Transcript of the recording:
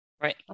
Right